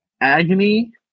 Agony